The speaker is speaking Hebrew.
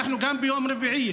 ביום רביעי,